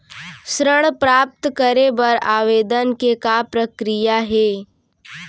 ऋण प्राप्त करे बर आवेदन के का प्रक्रिया हे?